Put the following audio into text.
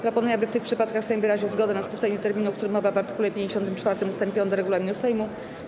Proponuję, aby w tych przypadkach Sejm wyraził zgodę na skrócenie terminu, o którym mowa w art. 54 ust. 5 regulaminu Sejmu.